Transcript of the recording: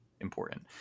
important